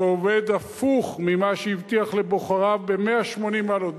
שעובד הפוך ממה שהבטיח לבוחריו ב-180 מעלות,